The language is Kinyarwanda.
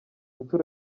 nshuro